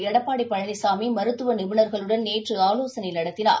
எடப்பாடிபழனிசாமிமருத்துவநிபுணர்களுடன் நேற்றுஆலோசனைநடத்தினார்